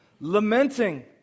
Lamenting